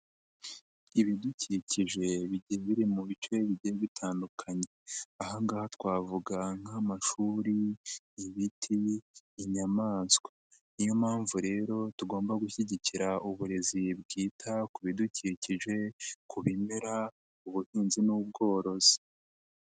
Ibidukikije bigiye biri mu bice bigiye bitandukanye, aha ngaha twavuga nk'amashuri, ibiti, inyamaswa, ni yo mpamvu rero tugomba gushyigikira uburezi bwita ku bidukikije, ku bimera ubuhinzi n'ubworozi.